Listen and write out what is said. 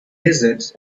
lizards